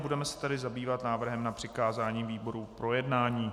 Budeme se tedy zabývat návrhem na přikázání výborům k projednání.